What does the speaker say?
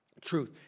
truth